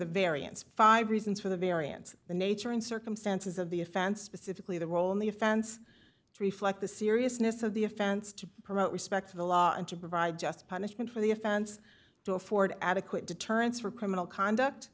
the variance five reasons for the variance of the nature and circumstances of the offense specifically the role in the offense to reflect the seriousness of the offense to promote respect to the law and to provide just punishment for the offense to afford adequate deterrents for criminal conduct